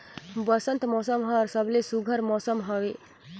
बंसत मउसम हर सबले सुग्घर मउसम हवे